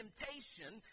Temptation